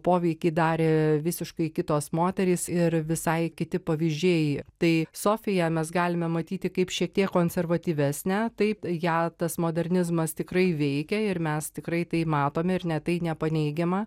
poveikį darė visiškai kitos moterys ir visai kiti pavyzdžiai tai sofiją mes galime matyti kaip šiek tiek konservatyvesnę taip ją tas modernizmas tikrai veikia ir mes tikrai tai matome ir ne tai nepaneigiama